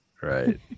right